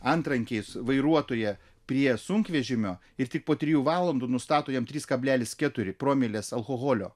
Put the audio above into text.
antrankiais vairuotoją prie sunkvežimio ir tik po trijų valandų nustato jam trys kablelis keturi promilės alkoholio